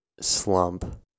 slump